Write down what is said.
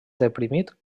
deprimit